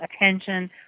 attention